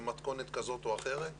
במתכונת כזאת או אחרת.